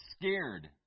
scared